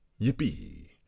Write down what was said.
yippee